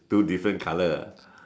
two different colour ah